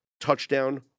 touchdown